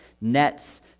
Nets